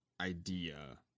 idea